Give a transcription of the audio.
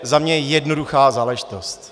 Za mě jednoduchá záležitost.